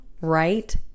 right